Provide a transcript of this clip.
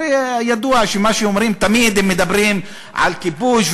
שהרי ידוע שהם תמיד מדברים על כיבוש,